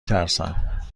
ترسم